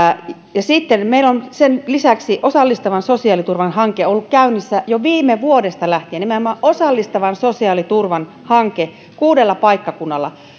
sitten meillä on sen lisäksi osallistavan sosiaaliturvan hanke ollut käynnissä jo viime vuodesta lähtien nimenomaan osallistavan sosiaaliturvan hanke kuudella paikkakunnalla ja